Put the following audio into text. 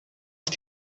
ist